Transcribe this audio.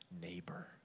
neighbor